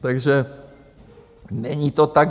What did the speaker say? Takže není to tak.